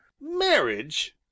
Marriage